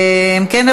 אם כן,